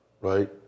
right